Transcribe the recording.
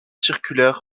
circulaire